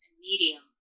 medium